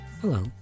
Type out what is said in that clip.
Hello